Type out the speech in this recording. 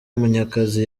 munyakazi